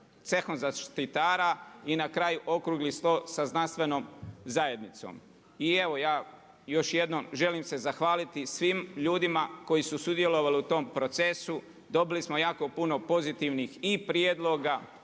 cehom zaštitara i na kraju okrugli stol sa znanstvenom zajednicom. I evo ja još jednom želim se zahvaliti svim ljudima koji su sudjelovali u tom procesu, dobili smo jako puno pozitivnih i prijedloga,